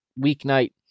weeknight